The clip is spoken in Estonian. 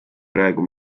praegu